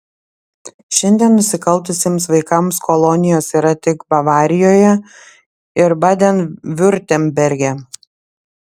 šiandien nusikaltusiems vaikams kolonijos yra tik bavarijoje ir baden viurtemberge